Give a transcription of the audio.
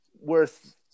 worth –